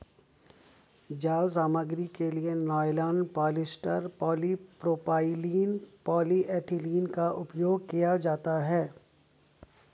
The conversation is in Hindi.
जाल सामग्री के लिए नायलॉन, पॉलिएस्टर, पॉलीप्रोपाइलीन, पॉलीएथिलीन का उपयोग किया जाता है